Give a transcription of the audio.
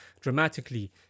dramatically